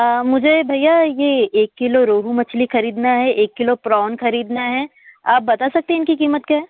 मुझे भैया यह एक किलो रोहू मछली खरीदना है एक किलो प्रॉन खरीदना है आप बता सकते हैं इनकी कीमत क्या है